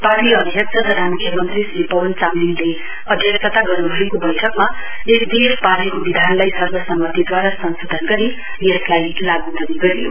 party अध्यक्ष तथा मुख्यमन्त्री श्री पवन चामलिङले अध्यक्षता गर्नुभएको बैठकमा एसडीएफ पार्टीको विधानलाई सर्वसम्मतिद्वारा संशोधन गरी यसलाई लागू पनि गरियो